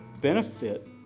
benefit